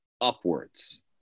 upwards